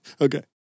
Okay